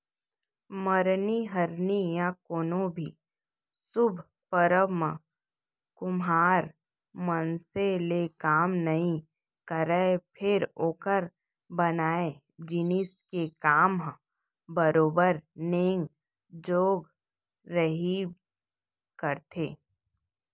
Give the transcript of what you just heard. मरनी हरनी या कोनो भी सुभ परब म कुम्हार मनसे ले काम नइ रहय फेर ओकर बनाए जिनिस के काम ह बरोबर नेंग जोग रहिबे करथे